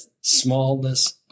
smallness